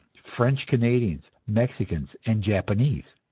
french-canadians, mexicans and japanese!